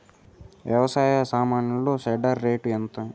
వ్యవసాయ సామాన్లు shredder rate ఎంత?